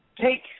take